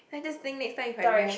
then I just think next time if I go